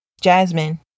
Jasmine